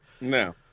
no